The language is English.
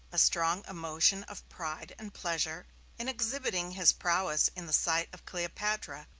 a strong emotion of pride and pleasure in exhibiting his prowess in the sight of cleopatra,